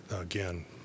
again